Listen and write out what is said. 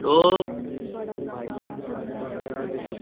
ओह्